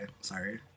sorry